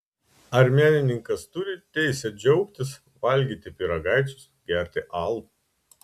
ar menininkas turi teisę džiaugtis valgyti pyragaičius gerti alų